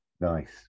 Nice